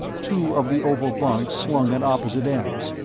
two of the oval bunks slung at opposite ends,